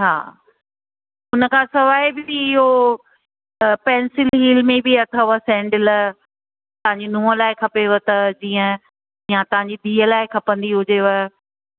हा हुन खां सवाइ बि इहो त पेंसिल हील में बि अथव सैंडल तव्हांजी नुंहुं लाइ खपेव त जीअं या तव्हांजी धीअ लाइ खपंदी हुजेव